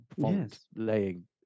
font-laying